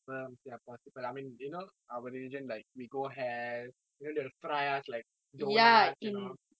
worms ya possible I mean you know our religion like we hell then they will fry us like donuts and all